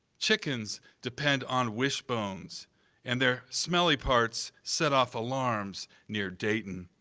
chickens depend on wishbones and their smelly parts set off alarms near dayton.